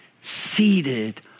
seated